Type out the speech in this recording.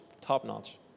top-notch